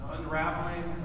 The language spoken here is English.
unraveling